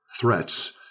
threats